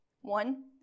one